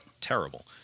terrible